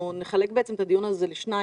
אנחנו נחלק את הדיון הזה לשניים.